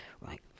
right